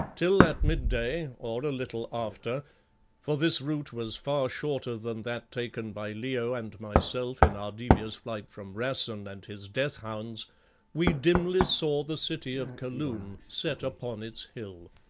till at midday, or a little after for this route was far shorter than that taken by leo and myself in our devious flight from rassen and his death-hounds we dimly saw the city of kaloon set upon its hill.